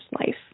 life